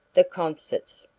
the concerts,